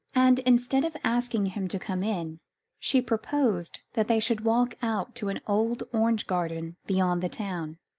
and instead of asking him to come in she proposed that they should walk out to an old orange-garden beyond the town.